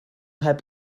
heb